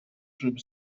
żeby